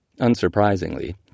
Unsurprisingly